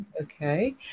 Okay